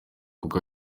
kuko